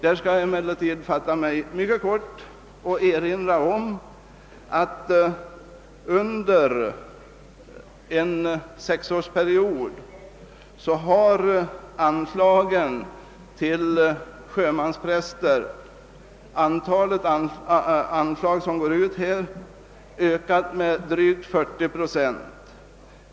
Jag vill helt kort erinra om att antalet bidrag till sjömanspräster under en sexårsperiod har ökat med drygt 40 procent.